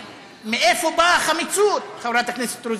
מאיפה באה החמיצות, חברת הכנסת רוזין?